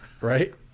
right